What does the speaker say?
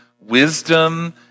wisdom